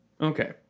Okay